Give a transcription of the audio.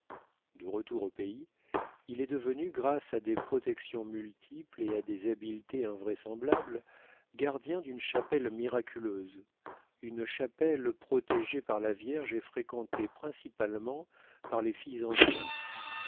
de retour au pays il est devenu grâce à des protections multiples et à des habiletés invraisemblables gardien d'une chapelle miraculeuse une chapelle protégée par la vierge et fréquentée principalement par les filles enceintes